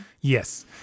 Yes